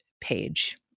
page